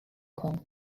kong